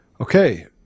Okay